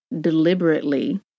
deliberately